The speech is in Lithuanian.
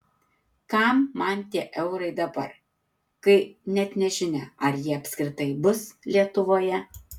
kam man tie eurai dabar kai net nežinia ar jie apskritai bus lietuvoje